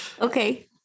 Okay